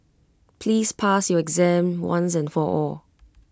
please pass your exam once and for all